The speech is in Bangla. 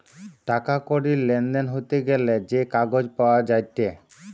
টাকা কড়ির লেনদেন হতে গ্যালে যে কাগজ পাওয়া যায়েটে